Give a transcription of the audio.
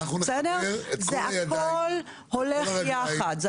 זה הכול הולך יחד.